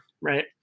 right